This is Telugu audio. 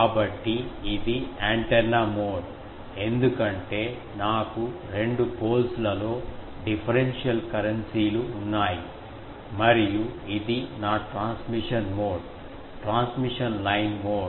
కాబట్టి ఇది యాంటెన్నా మోడ్ ఎందుకంటే నాకు రెండు పోల్స్ లలో డిఫరెన్షియల్ కరెన్సీలు ఉన్నాయి మరియు ఇది నా transmission mode transmission line mode